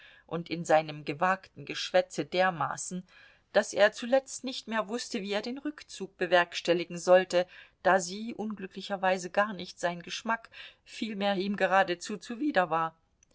und in seinem gewagten geschwätze dermaßen daß er zuletzt nicht mehr wußte wie er den rückzug bewerkstelligen sollte da sie unglücklicherweise gar nicht sein geschmack vielmehr ihm geradezu zuwider war